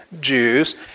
Jews